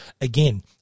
again